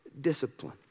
discipline